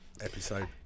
episode